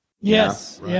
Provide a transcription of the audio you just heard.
Yes